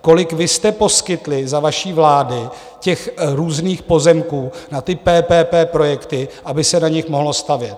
Kolik vy jste poskytli za vaší vlády těch různých pozemků na ty PPP projekty, aby se na nich mohlo stavět?